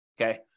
Okay